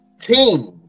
Team